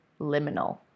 liminal